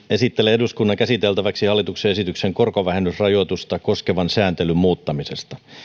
esittelen eduskunnan käsiteltäväksi hallituksen esityksen korkovähennysrajoitusta koskevan sääntelyn muuttamisesta